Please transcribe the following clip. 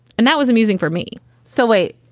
and that was amusing for me so wait,